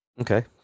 okay